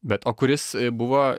bet o kuris buvo